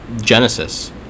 genesis